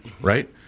right